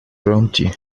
promptly